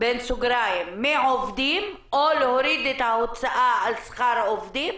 לפטר עובדים או להוריד את ההוצאה על שכר העובדים,